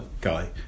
guy